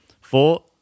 Four